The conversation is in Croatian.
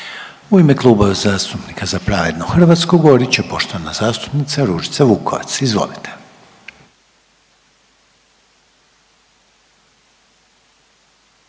U ime Kluba zastupnika Za pravednu Hrvatsku govorit će poštovana zastupnica Ružica Vukovac, izvolite.